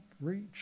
reach